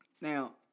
Now